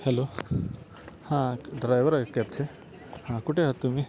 hello हां driver आहेत कॅबचे हा कुठे आहात तुम्ही